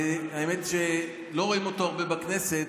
האמת שלא רואים אותו הרבה בכנסת,